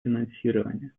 финансирования